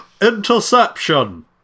Interception